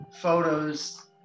photos